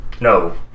No